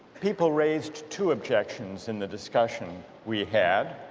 people raised two objections in the discussion we had